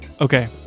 Okay